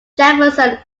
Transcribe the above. jefferson